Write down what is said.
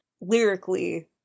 lyrically